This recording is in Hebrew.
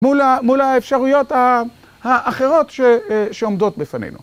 מול האפשרויות האחרות שעומדות בפנינו.